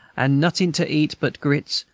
and notin' to eat but grits,